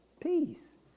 peace